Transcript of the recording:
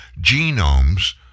genomes